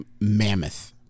mammoth